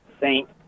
Saint